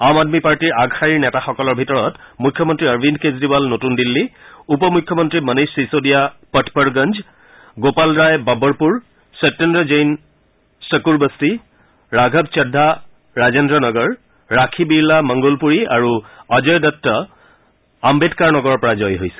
আম আদমী পাৰ্টীৰ আগশাবীৰ নেতাসকলৰ ভিতৰত মুখ্যমন্তী অৰবিন্দ কেজৰিৱাল নতুন দিল্লী উপ মুখ্যমন্তী মনীয ছিছোদিয়া পটপড়গঞ্জ গোপাল ৰায় বাবৰপুৰ সত্যেন্দ জৈন খকুৰবস্তি ৰাঘৰ চগ্ৰা ৰাজেদ্ৰনগৰ ৰাখী বিৰলা মংগোলপুৰী আৰু অজয় দত্ত আহ্বেদকাৰ নগৰৰ পৰা জয়ী হৈছে